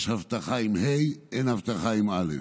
יש הבטחה בה"א, אין אבטחה באל"ף.